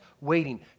waiting